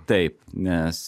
taip nes